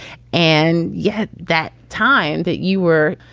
and yet that time that you were,